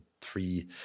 three